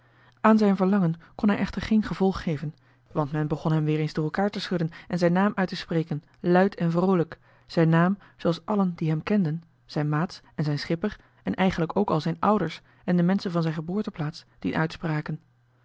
aan zijn verlangen kon hij echter geen gevolg geven want men begon hem weer eens door elkaar te schudden en zijn naam uit te spreken luid en vroolijk zijn naam zooals allen die hem kenden zijn maats en zijn schipper en eigenlijk ook al zijn ouders en de menschen van zijn geboorteplaats dien uitspraken